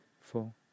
four